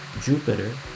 Jupiter